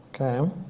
Okay